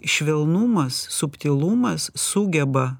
švelnumas subtilumas sugeba